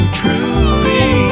truly